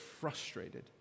frustrated